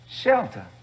Shelter